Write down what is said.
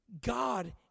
God